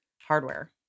hardware